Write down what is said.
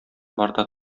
барда